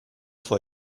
vor